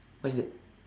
what's that